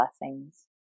blessings